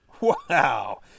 Wow